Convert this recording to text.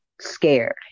scared